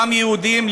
גם יהודים,